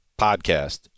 podcast